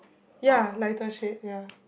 ya lighter shade ya